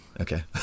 Okay